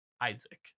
isaac